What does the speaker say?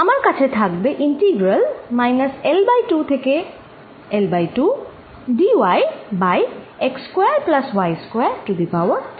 আমার কাছে থাকবে ইন্টিগ্রাল মাইনাস L2 থেকে L2 dyবাই x square plus square to the power 32